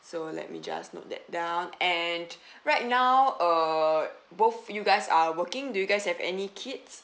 so let me just note that down and right now uh both you guys are working do you guys have any kids